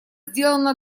сделано